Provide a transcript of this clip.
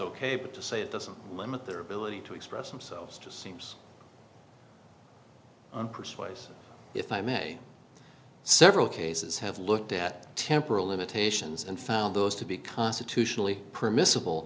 ok but to say it doesn't limit their ability to express themselves just seems i'm pro choice if i may several cases have looked at temporal limitations and found those to be constitutionally permissible